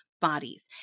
bodies